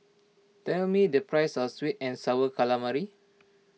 tell me the price of Sweet and Sour Calamari